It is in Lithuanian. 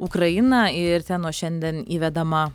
ukrainą ir ten nuo šiandien įvedama